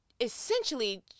essentially